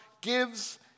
gives